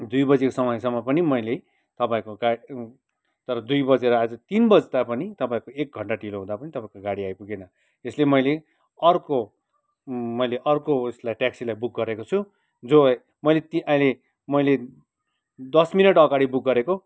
दुई बजीको समयसम्म पनि मैले तपाईँहरूको दुई बजेर आज तिन बज्दा पनि तपाईँहरूको एक घन्टा ढिलो हुँदा तपाईँको गाडी आइपुगेन यसले मैले अर्को मैले अर्को उसलाई ट्याक्सीलाई बुक गरेको छु जो मैले अहिले मैले दस मिनेट अगाडि बुक गरेको